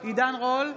עידן רול,